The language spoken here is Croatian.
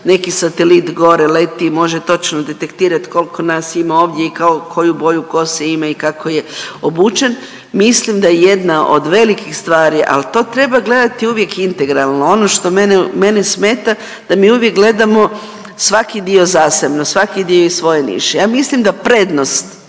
neki satelit gore leti i može točno detektirat kolko nas ima ovdje i koju boju kose ima i kako je obučen, mislim da je jedna od velikih stvari, al to treba gledati uvijek integralno. Ono što mene, mene smeta da mi uvijek gledamo svaki dio zasebno, svaki dio iz svoje niši. Ja mislim da prednost,